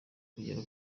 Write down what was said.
kugera